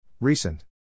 Recent